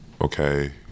okay